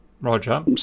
Roger